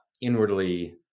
inwardly